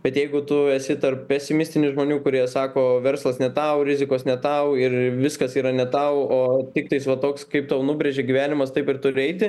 bet jeigu tu esi tarp pesimistinių žmonių kurie sako verslas ne tau rizikos ne tau ir viskas yra ne tau o tiktais va toks kaip tau nubrėžė gyvenimas taip ir turi eiti